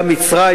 גם מצרים,